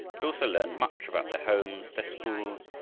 but also learned much about their homes, their schools,